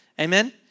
Amen